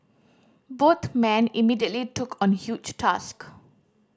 both men immediately took on huge task